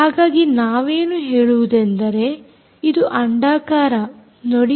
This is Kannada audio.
ಹಾಗಾಗಿ ನಾವೇನು ಹೇಳುವುದೆಂದರೆ ಈಗ ಅಂಡಾಕಾರ ನೋಡಿ